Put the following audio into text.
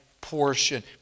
portion